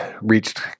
reached